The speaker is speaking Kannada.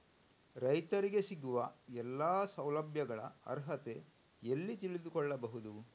ರೈತರಿಗೆ ಸಿಗುವ ಎಲ್ಲಾ ಸೌಲಭ್ಯಗಳ ಅರ್ಹತೆ ಎಲ್ಲಿ ತಿಳಿದುಕೊಳ್ಳಬಹುದು?